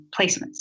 placements